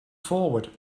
forward